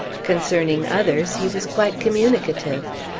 concerning others, he was quite communicative.